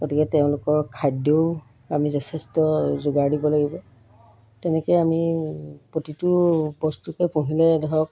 গতিকে তেওঁলোকৰ খাদ্যও আমি যথেষ্ট যোগাৰ দিব লাগিব তেনেকৈ আমি প্ৰতিটো বস্তুকে পুহিলে ধৰক